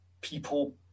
people